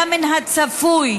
היה צפוי